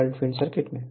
shunt field circuit में